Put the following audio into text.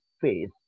faith